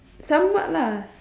somewhat lah